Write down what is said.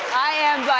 i am but